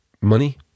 money